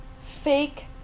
fake